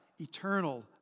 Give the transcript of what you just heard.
eternal